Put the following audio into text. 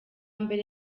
mbere